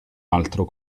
altro